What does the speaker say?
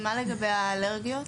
ומה לגבי האלרגיות?